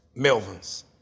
Melvins